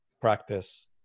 practice